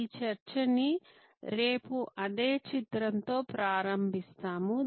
మా చర్చ ని రేపు అదే చిత్రం తో ప్రారంభిస్తాము